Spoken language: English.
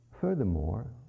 Furthermore